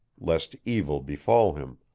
lest evil befall him.